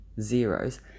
zeros